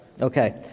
Okay